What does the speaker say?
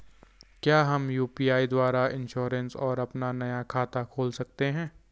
क्या हम यु.पी.आई द्वारा इन्श्योरेंस और अपना नया खाता खोल सकते हैं?